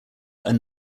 are